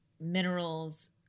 minerals